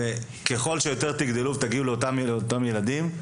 ככל שיותר תגדלו ותגיעו לאותם ילדים,